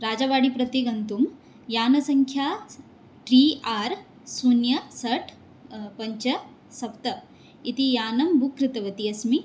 राजवाडिप्रति गन्तुं यानसङ्ख्या त्रि आर् शून्यं षट् पञ्च सप्त इति यानं बुक् कृतवती अस्मि